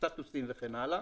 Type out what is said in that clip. סטטוסים וכן הלאה.